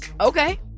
Okay